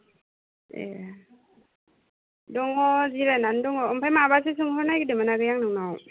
ए दङ जिरायनानै दङ ओमफाय माबासो सोंहरनो नागिरदोंमोन नोंनाव